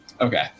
okay